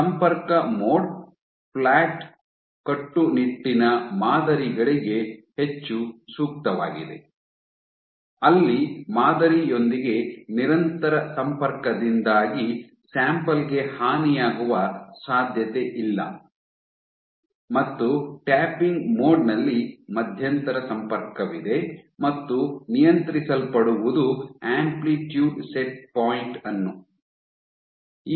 ಸಂಪರ್ಕ mode flat ಕಟ್ಟುನಿಟ್ಟಿನ ಮಾದರಿಗಳಿಗೆ ಹೆಚ್ಚು ಸೂಕ್ತವಾಗಿದೆ ಅಲ್ಲಿ ಮಾದರಿಯೊಂದಿಗೆ ನಿರಂತರ ಸಂಪರ್ಕದಿಂದಾಗಿ ಸ್ಯಾಂಪಲ್ ಗೆ ಹಾನಿಯಾಗುವ ಸಾಧ್ಯತೆಯಿಲ್ಲ ಮತ್ತು ಟ್ಯಾಪಿಂಗ್ ಮೋಡ್ ನಲ್ಲಿ ಮಧ್ಯಂತರ ಸಂಪರ್ಕವಿದೆ ಮತ್ತು ಆಂಪ್ಲಿಟ್ಯೂಡ್ ಸೆಟ್ ಪಾಯಿಂಟ್ ಅನ್ನು ನಿಯಂತ್ರಿಸಲ್ಪಡುವುದು